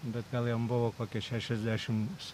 bet gal jam buvo kokie šešiasdešim